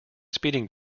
speeding